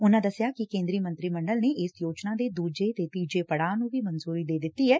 ਉਨੂਾਂ ਦਸਿਆ ਕਿ ਕੇਂਦਰੀ ਮੰਤਰੀ ਮੰਡਲ ਨੇ ਇਸ ਯੋਜਨਾ ਦੇ ਦੂਜੇ ਤੇ ਤੀਜੇ ਪੜਾਅ ਨੂੰ ਵੀ ਮਨਜੂਰੀ ਦੇ ਦਿੱਤੀ ਐ